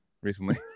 recently